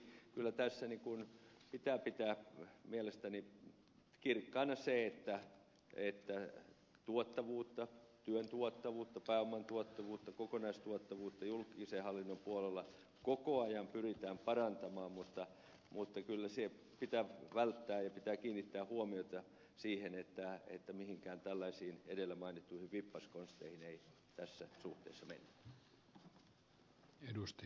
eli kyllä tässä pitää pitää mielestäni kirkkaana se että tuottavuutta työn tuottavuutta pääoman tuottavuutta kokonaistuottavuutta julkisen hallinnon puolella koko ajan pyritään parantamaan mutta kyllä pitää kiinnittää huomiota siihen että mihinkään tällaisiin edellä mainittuihin vippaskonsteihin ei tässä suhteessa mennä